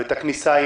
את הכניסה,